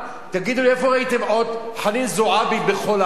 תגידו לי איפה ראיתם עוד חנין זועבי בכל העולם,